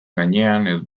gainean